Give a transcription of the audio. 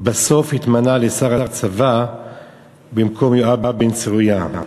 ולבסוף התמנה לשר הצבא במקום יואב בן צרויה.